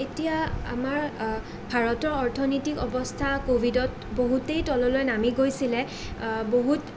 এতিয়া আমাৰ ভাৰতৰ অৰ্থনৈতিক অৱস্থা কোভিডত বহুতেই তললৈ নামি গৈছিলে বহুত